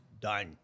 done